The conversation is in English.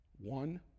one